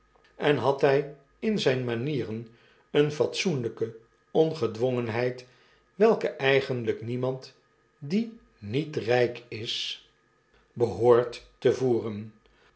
en had hij in zyn manieren eene fatsoenlyke ongedwongenheid welke eigenlyk niemand die niet rijk is zich behoort